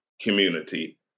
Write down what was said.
community